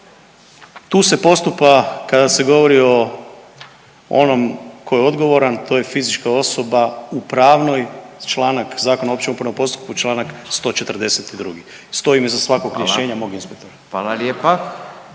Tu se postupa kada se govori o onom tko je odgovoran to je fizička osoba u pravnoj, članak, Zakon o općem upravnom postupku Članak 142., stojim iza svakog rješenja mog inspektora. **Radin,